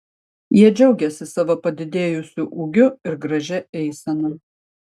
jie džiaugėsi savo padidėjusiu ūgiu ir gražia eisena